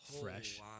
fresh